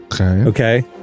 Okay